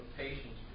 patience